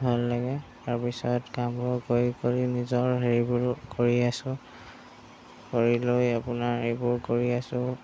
ভাল লাগে তাৰ পিছত কামবোৰ কৰি কৰি নিজৰ হেৰিবোৰো কৰি আছোঁ কৰি লৈ আপোনাৰ এইবোৰো কৰি আছোঁ